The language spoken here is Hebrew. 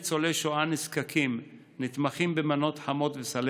ניצולי שואה נזקקים נתמכים במנות חמות וסלי